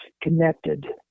connected